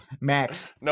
Max